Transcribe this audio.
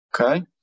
Okay